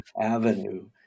avenue